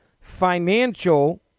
financial